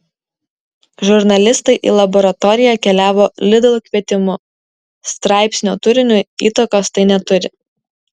žurnalistai į laboratoriją keliavo lidl kvietimu straipsnio turiniui įtakos tai neturi